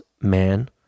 man